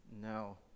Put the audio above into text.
No